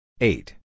eight